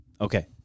okay